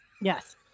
Yes